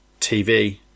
TV